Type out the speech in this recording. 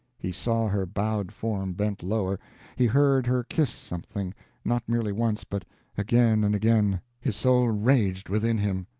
he saw her bowed form bend lower he heard her kiss something not merely once, but again and again! his soul raged within him.